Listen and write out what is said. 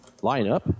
lineup